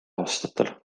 aastatel